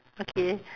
okay